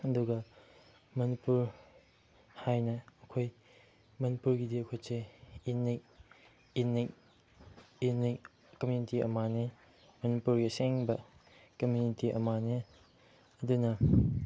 ꯑꯗꯨꯒ ꯃꯅꯤꯄꯨꯔ ꯍꯥꯏꯅ ꯑꯩꯈꯣꯏ ꯃꯅꯤꯄꯨꯔꯒꯤꯗꯤ ꯑꯩꯈꯣꯏꯁꯦ ꯑꯦꯅꯤ ꯀꯝꯃ꯭ꯌꯨꯅꯤꯇꯤ ꯑꯃꯅꯤ ꯃꯅꯤꯄꯨꯔꯒꯤ ꯑꯁꯦꯡꯕ ꯀꯝꯃ꯭ꯌꯨꯅꯤꯇꯤ ꯑꯃꯅꯤ ꯑꯗꯨꯅ